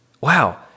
wow